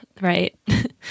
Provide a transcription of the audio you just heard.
right